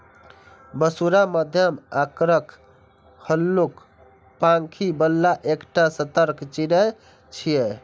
बुशरा मध्यम आकारक, हल्लुक पांखि बला एकटा सतर्क चिड़ै छियै